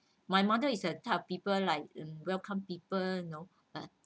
my mother is a type of people like welcome people you know